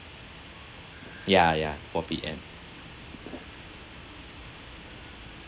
ya ya four P_M